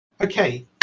Okay